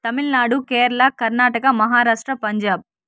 Tamil Nadu Kerala Karnataka Maharashtra Punjab